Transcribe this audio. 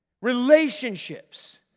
Relationships